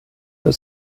für